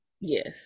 Yes